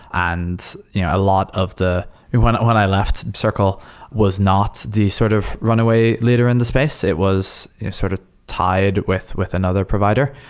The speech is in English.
and you know a lot of the new when when i left circle, it was not the sort of runaway leader in the space. it was sort of tied with with another provider,